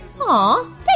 Aw